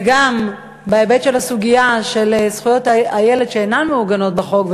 וגם בהיבט של הסוגיה של זכויות הילד שאינן מעוגנות בחוק,